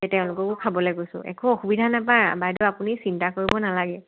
তেওঁলোককো খাবলে কৈছো একো অসুবিধা নাপাই বাইদেউ আপুনি চিন্তা কৰিব নালাগে